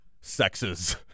sexes